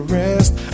rest